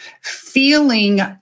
feeling